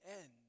end